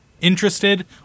interested